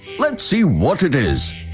let's see what it is.